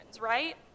right